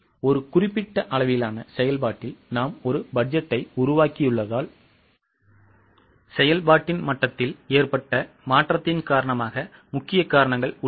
ஒரு குறிப்பிட்ட அளவிலான செயல்பாட்டில் நாம் ஒரு பட்ஜெட்டை உருவாக்கியுள்ளதால் செயல்பாட்டின் மட்டத்தில் ஏற்பட்ட மாற்றத்தின் காரணமாக முக்கிய காரணங்கள் உள்ளன